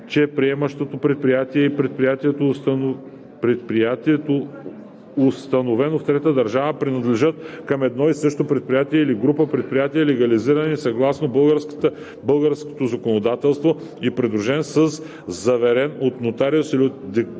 че приемащото предприятие и предприятието, установено в третата държава, принадлежат към едно и също предприятие или група предприятия, легализиран съгласно българското законодателство и придружен със заверен от нотариус или от дирекция